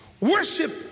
Worship